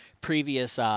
previous